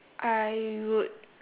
I would